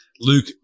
Luke